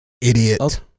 Idiot